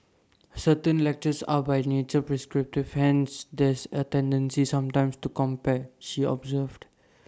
certain lectures are by nature prescriptive hence there's A tendency sometimes to compare she observed